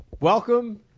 Welcome